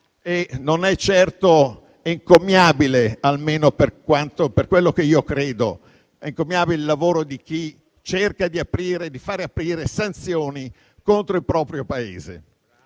Non è certo encomiabile, almeno per quello che io credo, il lavoro di chi cerca di far aprire sanzioni contro il proprio Paese.